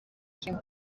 kim